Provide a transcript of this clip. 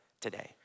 today